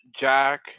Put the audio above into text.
Jack